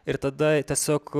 ir tada tiesiog